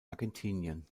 argentinien